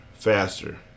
Faster